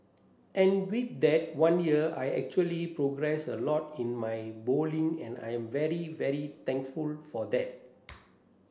and with that one year I actually progressed a lot in my bowling and I'm very very thankful for that